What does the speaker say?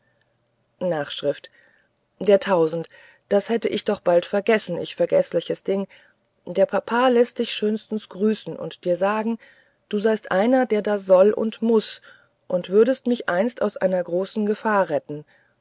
s der tausend das hätte ich doch bald vergessen ich vergeßliches ding der papa läßt dich schönstens grüßen und dir sagen du seist einer der da soll und muß und würdest mich einst aus einer großen gefahr retten